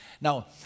Now